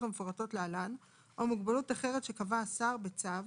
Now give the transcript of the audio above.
המפורטות להלן או מוגבלות אחרת שקבע השר בצו,